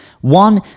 One